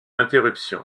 interruption